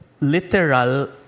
literal